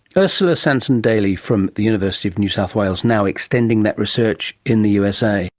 ursula sansom-daly from the university of new south wales, now extending that research in the usa